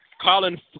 Colin